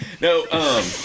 No